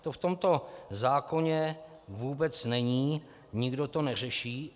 To v tomto zákoně vůbec není, nikdo to neřeší.